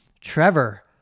Trevor